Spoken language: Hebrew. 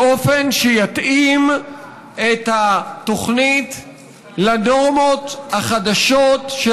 באופן שיתאים את התוכנית לנורמות החדשות של